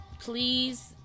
Please